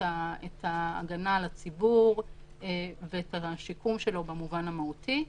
ההגנה על הציבור ואת השיקום שלו במובן המהותי.